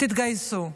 תתגייסו.